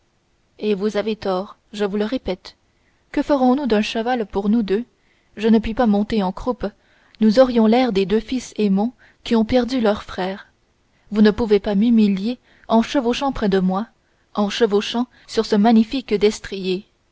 et vous avez tort je vous le répète que ferons-nous d'un cheval pour nous deux je ne puis pas monter en croupe nous aurions l'air des deux fils aymon qui ont perdu leurs frères vous ne pouvez pas m'humilier en chevauchant près de moi en chevauchant sur ce magnifique destrier